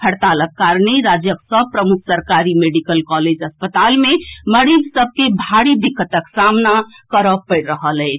हड़तालक कारणे राज्यक सभ प्रमुख सरकारी मेडिकल कॉलेज अस्पताल मे मरीज सभ के भारी दिक्कतक सामना करए पड़ि रहल अछि